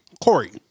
Corey